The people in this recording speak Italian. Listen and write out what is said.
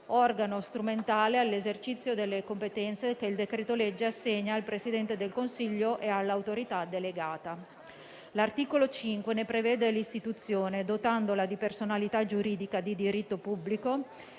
organo strumentale all'esercizio delle competenze che il decreto-legge assegna al Presidente del Consiglio e all'autorità delegata. L'articolo 5 ne prevede l'istituzione, dotandola di personalità giuridica di diritto pubblico